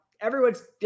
everyone's